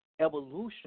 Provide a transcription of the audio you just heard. evolution